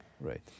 Right